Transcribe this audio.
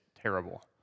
terrible